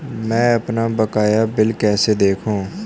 मैं अपना बकाया बिल कैसे देखूं?